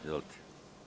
Izvolite.